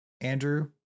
Andrew